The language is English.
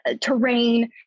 terrain